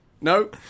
No